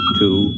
two